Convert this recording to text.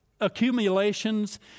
accumulations